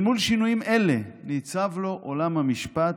אל מול שינויים אלה ניצב לו עולם המשפט,